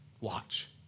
Watch